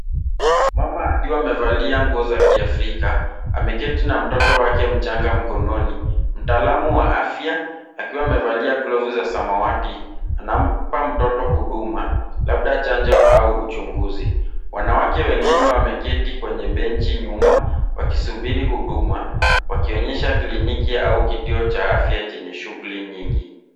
Mama akiwa amevalia nguo za kiafrika. Ameketi na mtoto wake mchanga mkononi. Mtaalumu wa afya akiwa amaevalia glovu za samawati anampa mtoto huduma labda chanjo au uchunguzi. Wanawake wengine wameketi kwenye benchi nyuma wakisubiri huduma wakionyesha kliniki au kituo cha afya chenye shuhguli nyingi.